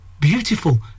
Beautiful